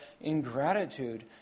ingratitude